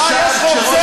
למה עכשיו, כשראש